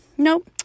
nope